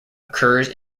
occurs